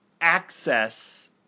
access